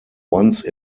once